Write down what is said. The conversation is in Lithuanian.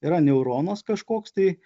yra neuronas kažkoks tai